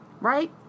right